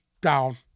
down